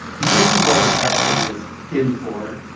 he didn't know that's what he was in for,